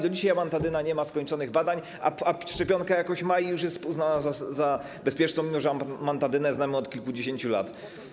Do dzisiaj amantadyna nie ma skończonych badań, a szczepionka jakoś ma i już jest uznana za bezpieczną, mimo że amantadynę znamy od kilkudziesięciu lat.